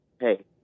hey